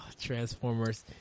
Transformers